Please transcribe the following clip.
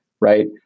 right